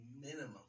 minimum